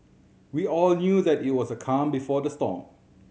we all knew that it was the calm before the storm